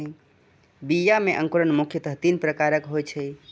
बीया मे अंकुरण मुख्यतः तीन प्रकारक होइ छै